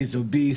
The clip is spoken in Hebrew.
ויזות B,